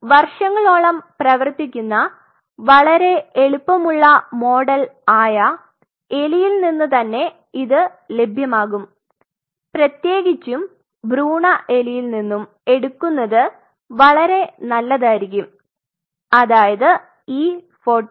നമ്മൾ വർഷങ്ങളോളം പ്രവർത്തിക്കുന്ന വളരെ എളുപ്പമുള്ള മോഡൽ ആയ എലിയിൽ നിന്ന് തന്നെ ഇത് ലഭ്യമാകും പ്രത്യേകിച്ചും ഭ്രൂണ എലിയിൽനിന്നും എടുക്കുന്നത് വളരെ നല്ലതായിരിക്കും അതായത് E14